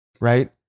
Right